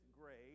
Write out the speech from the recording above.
grade